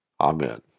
amen